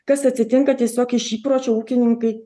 kas atsitinka tiesiog iš įpročio ūkininkai